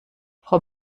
frau